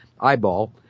eyeball